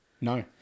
No